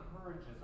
encourages